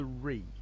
three